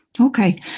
Okay